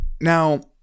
Now